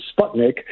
Sputnik